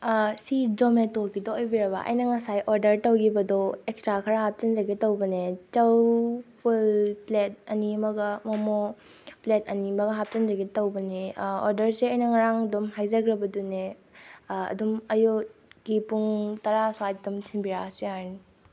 ꯁꯤ ꯖꯣꯃꯦꯇꯣꯒꯤꯗꯣ ꯑꯣꯏꯕꯤꯔꯕ ꯑꯩꯅ ꯉꯁꯥꯏ ꯑꯣꯗꯔ ꯇꯧꯈꯤꯕꯗꯣ ꯑꯦꯛꯁꯇ꯭ꯔꯥ ꯈꯔ ꯍꯥꯞꯆꯤꯟꯖꯒꯦ ꯇꯧꯕꯅꯦ ꯆꯧ ꯐꯨꯜ ꯄ꯭ꯂꯦꯠ ꯑꯅꯤ ꯑꯃꯒ ꯃꯣꯃꯣ ꯄ꯭ꯂꯦꯠ ꯑꯅꯤ ꯑꯃꯒ ꯍꯥꯞꯆꯤꯟꯖꯒꯦ ꯇꯧꯕꯅꯦ ꯑꯣꯗꯔꯁꯦ ꯑꯩꯅ ꯉꯔꯥꯡ ꯑꯗꯨꯝ ꯍꯥꯏꯖꯈ꯭ꯔꯕꯗꯨꯅꯦ ꯑꯗꯨꯝ ꯑꯌꯨꯛꯀꯤ ꯄꯨꯡ ꯇꯔꯥ ꯁ꯭ꯋꯥꯏꯗ ꯑꯗꯨꯝ ꯊꯤꯟꯕꯤꯔꯛꯑꯁꯨ ꯌꯥꯔꯅꯤ